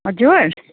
हजुर